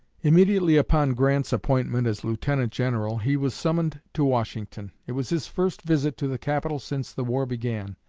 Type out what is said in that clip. immediately upon grant's appointment as lieutenant-general, he was summoned to washington. it was his first visit to the capital since the war began,